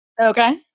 Okay